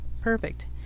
perfect